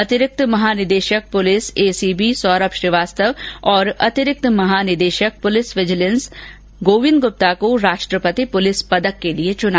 अतिरिक्त महानिदेशक police ACB Saurabh Shrivastava और अतिरिक्त महानिदेशक पुलिस विजिलेंस गोविंद गुप्ता को राष्ट्रपति पुलिस पदक के लिए चुना गया है